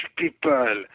people